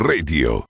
Radio